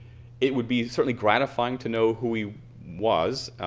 it would be certainly gratifying to know who he was.